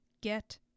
Get